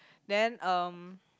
then um